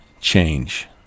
change